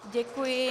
Děkuji.